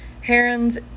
herons